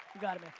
got it, man.